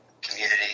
community